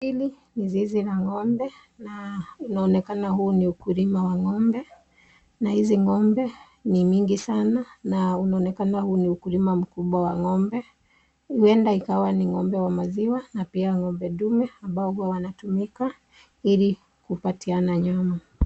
Hili ni zizi la ng'ombe na inaonekana huu ni ukulima wa ng'ombe na hizi ng'ombe ni mingi sana na unaonekana huu ni ukulima mkubwa wa ng'ombe huenda ikawa ni ng'ombe wa maziwa na pia ng'ombe ndume ambao huwa wanatumika ili kupatiana nyama.